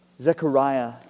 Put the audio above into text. Zechariah